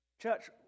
Church